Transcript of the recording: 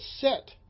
set